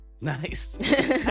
Nice